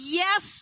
yes